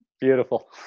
Beautiful